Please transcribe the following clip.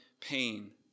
pain